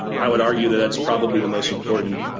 i would argue that that's probably the most important